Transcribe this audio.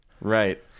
Right